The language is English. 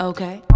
Okay